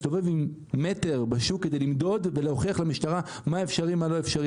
מסתובב בשוק עם מטר כדי למדוד ולהוכיח למשטרה מה אפשרי ומה לא אפשרי.